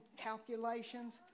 calculations